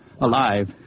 Alive